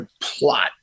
plot